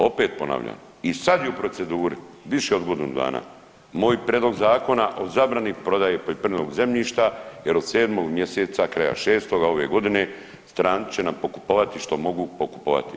Opet ponavljam i sad je u proceduri, više od godinu dana moj prijedlog Zakona o zabrani prodaje poljoprivrednog zemljišta jer od 7. mjeseca kraja 6. ovoga godine stranci će nam pokupovati što mogu pokupovati.